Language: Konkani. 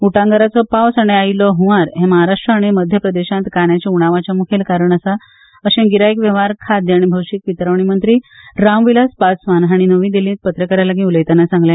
उटंगाराचो पावस आनी आयिल्लो हंवार हे महाराष्ट्र आनी मध्यप्रदेशात कांन्याच्या उणावााचे मुखेल कारण आसा अशें गिरायक वेव्हार खाद्य आनी भौशिक वितरण मंत्री राम विलास पासवान हांणी नवी दिल्लीत पत्रकारांकडेन उलयतना सांगले